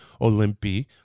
olympi